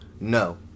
No